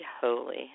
holy